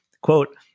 Quote